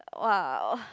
!wow!